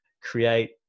create